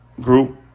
group